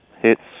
hits